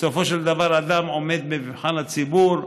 בסופו של דבר אדם עומד במבחן הציבור.